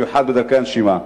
במיוחד בדרכי הנשימה.